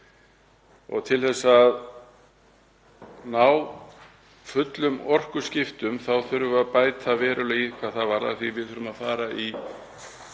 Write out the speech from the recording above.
á ári. Til að ná fullum orkuskiptum þurfum við að bæta verulega í hvað það varðar því við þurfum að auka